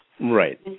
Right